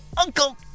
uncle